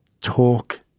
talk